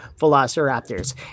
Velociraptors